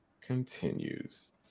continues